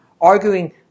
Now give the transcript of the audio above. Arguing